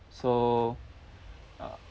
so uh